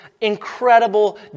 incredible